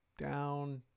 down